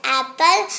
apple